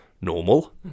normal